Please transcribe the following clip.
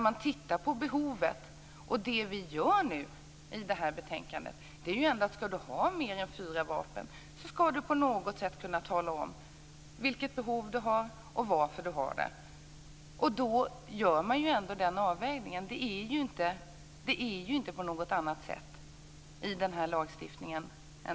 Enligt betänkandet ska den som vill ha mer än fyra vapen tala om vilket behov man har och varför man har det, och då görs det en avvägning. På det sättet fungerar den här lagstiftningen.